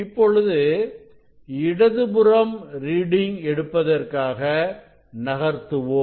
இப்பொழுது இடதுபுறம் ரீடிங் எடுப்பதற்காக நகர்த்துவோம்